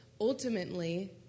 ultimately